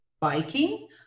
Biking